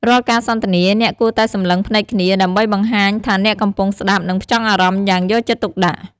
រាល់ការសន្ទនាអ្នកគួរតែសម្លឹងភ្នែកគ្នា ដើម្បីបង្ហាញថាអ្នកកំពុងស្តាប់ និងផ្ចង់អារម្មណ៌យ៉ាងយកចិត្តទុកដាក់។